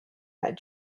that